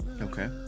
Okay